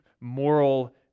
moral